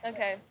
Okay